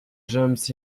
jumps